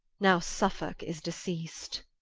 now suffolke is deceast